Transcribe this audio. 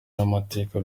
n’amateka